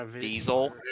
diesel